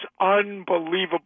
unbelievable